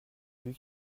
lui